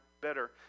better